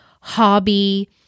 hobby